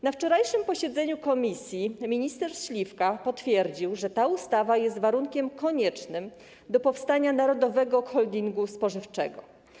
Na wczorajszym posiedzeniu komisji minister Śliwka potwierdził, że ta ustawa jest warunkiem koniecznym do powstania Narodowego Holdingu Spożywczego.